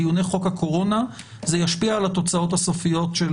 בדיוני חוק הקורונה זה ישפיע על התוצאות הסופיות של